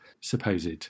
supposed